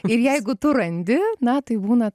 ir jeigu tu randi na tai būna